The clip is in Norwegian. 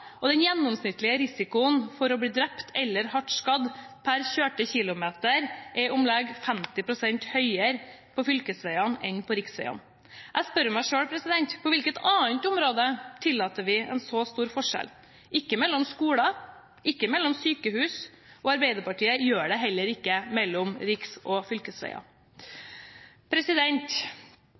og den gjennomsnittlige risikoen for å bli drept eller hardt skadd per kjørte kilometer er om lag 50 pst. høyere på fylkesvegene enn på riksvegene. Jeg spør meg selv: På hvilket annet område tillater vi en så stor forskjell? Ikke mellom skoler, ikke mellom sykehus, og Arbeiderpartiet gjør det heller ikke mellom riksveger og